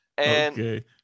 Okay